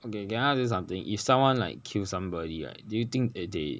okay ya can I ask you something if someone like kill somebody right do you think that they